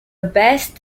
best